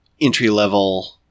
entry-level